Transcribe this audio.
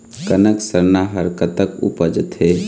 कनक सरना हर कतक उपजथे?